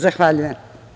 Zahvaljujem.